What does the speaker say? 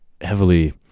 heavily